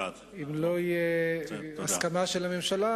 אם לא תהיה הסכמה של הממשלה,